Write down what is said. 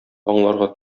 аңларга